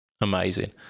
amazing